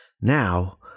Now